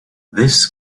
this